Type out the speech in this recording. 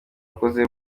akoze